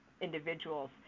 Individuals